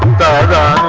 um da da